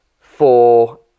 Four